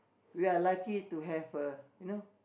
we are lucky to have a you know